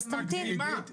את מגזימה.